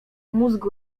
mózgu